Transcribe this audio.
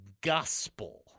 gospel